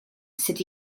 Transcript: sut